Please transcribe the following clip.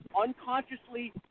unconsciously